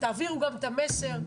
תעבירו גם את המסר.